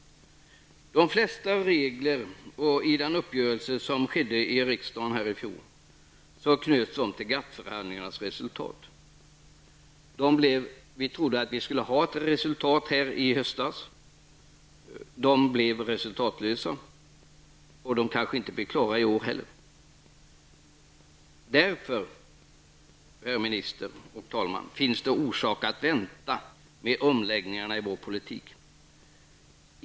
De flesta reglerna i den uppgörelse som träffades här i riksdagen i fjol knöts till GATT-förhandlingarnas resultat. Vi trodde att vi skulle få ett resultat av dem under hösten. De blev resultatlösa, och de blir kanske inte klara i år heller. Därför, herr minister och herr talman, finns det orsak att vänta med omläggningarna i vår politik.